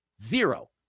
zero